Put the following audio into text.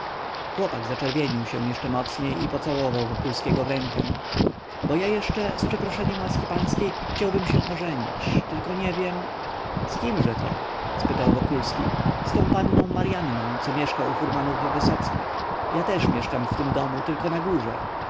chłopak zaczerwienił się jeszcze mocniej i pocałował wokulskiego w rękę bo ja jeszcze z przeproszeniem łaski pańskiej chciałbym się ożenić tylko nie wiem z kimżeto spytał wokulski z tą panną maryanną co mieszka u furmanów wysockich ja też mieszkam w tym domu tylko na górze